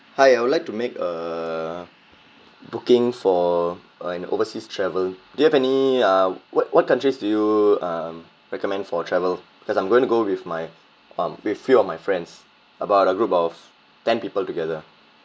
hi I would like to make a booking for an overseas travel do you have any uh what what countries do you um recommend for travel because I'm going to go with my um with few of my friends about a group of ten people together